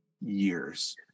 years